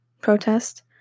Protest